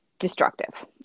destructive